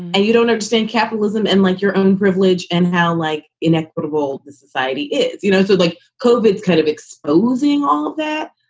and you don't understand capitalism and like your own privilege and how, like, inequitable this society it's you know so like kove, it's kind of exposing all of that.